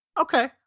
Okay